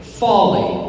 folly